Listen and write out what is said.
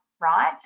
right